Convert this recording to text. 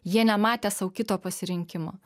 jie nematę sau kito pasirinkimo